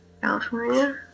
California